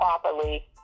properly